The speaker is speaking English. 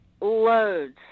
loads